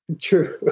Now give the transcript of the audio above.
True